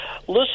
listen